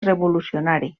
revolucionari